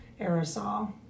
aerosol